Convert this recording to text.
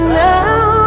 now